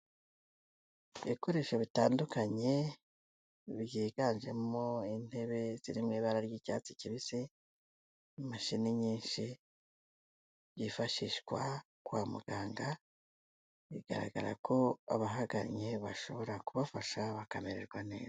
Ibikoresho bitandukanye byiganjemo intebe ziri mu ibara ry'icyatsi kibisi n'imashini nyinshi byifashishwa kwa muganga, bigaragara ko abahagannye bashobora kubafasha bakamererwa neza.